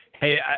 Hey